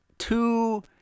Two